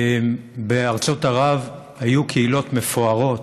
בארצות ערב היו קהילות מפוארות,